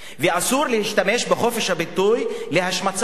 ואסור להשתמש בחופש הביטוי להשמצת בני-אדם.